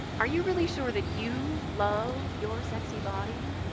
are you really sure that you love your sexy body?